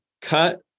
cut